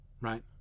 right